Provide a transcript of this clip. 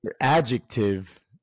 adjective